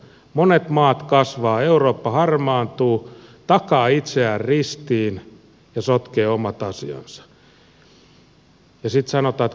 monet maat kasvavat eurooppa harmaantuu takaa itseään ristiin ja sotkee omat asiansa ja sitten sanotaan että keillä on vastuu